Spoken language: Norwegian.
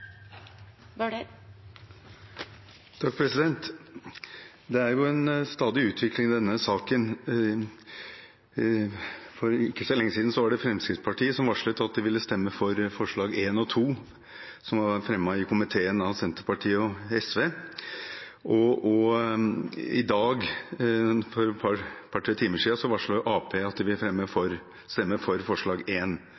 en stadig utvikling i denne saken. For ikke så lenge siden var det Fremskrittspartiet som varslet at de ville stemme for forslagene nr. 1 og 2, som var fremmet i komiteen av Senterpartiet og SV. I dag, for en to–tre timer siden, varslet Arbeiderpartiet at de vil stemme for forslag nr. 1, altså om at